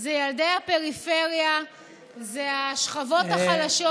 הם ילדי הפריפריה והשכבות החלשות.